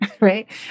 right